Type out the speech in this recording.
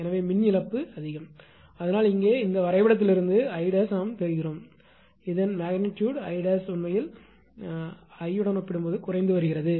எனவே மின் இழப்பு அதிகம் ஆனால் இங்கே இந்த வரைபடத்திலிருந்து 𝐼′ பெற முடியும் அதன் அளவு 𝐼′ உண்மையில் 𝐼 உடன் ஒப்பிடும்போது குறைந்து வருகிறது